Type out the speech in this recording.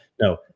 no